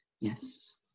Yes